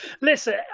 Listen